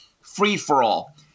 free-for-all